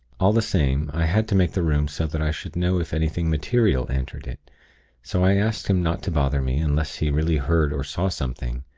all the same, i had to make the room so that i should know if anything material entered it so i asked him not to bother me, unless he really heard or saw something.